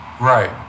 Right